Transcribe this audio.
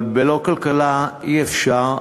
אבל בלא כלכלה אי-אפשר,